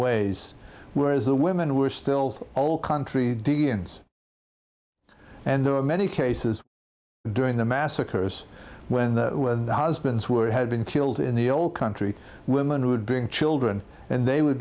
ways whereas the women were still all country dns and there were many cases during the massacres when the husbands were had been killed in the old country women would bring children and they would